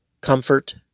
comfort